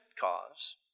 cause